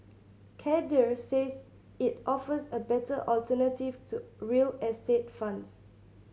Cadre says it offers a better alternative to real estate funds